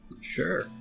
sure